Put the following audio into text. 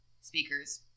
Speakers